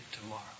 tomorrow